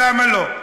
למה לא?